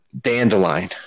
dandelion